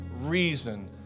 reason